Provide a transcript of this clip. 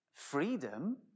Freedom